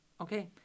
okay